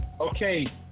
okay